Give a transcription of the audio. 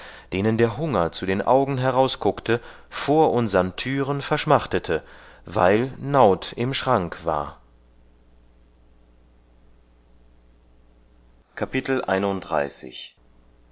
denen der hunger zu den augen herausguckte vor unsern türen verschmachtete weil naut im schank war